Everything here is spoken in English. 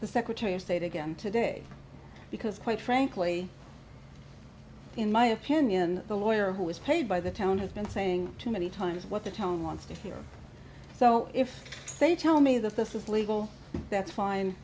the secretary of state again today because quite frankly in my opinion the lawyer who is paid by the town has been saying too many times what the town wants to hear so if they tell me that this is legal that's fine